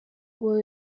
ngo